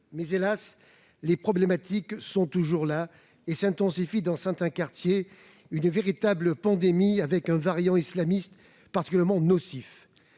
mais hélas, les problématiques sont toujours là et s'intensifient dans certains quartiers ... Une véritable pandémie, avec un variant islamiste particulièrement nocif.